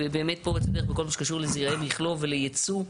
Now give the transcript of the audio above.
פורצת דרך בכל מה שקשור לזרעי מכלוא ולייצוא.